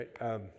right